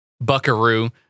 buckaroo